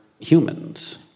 humans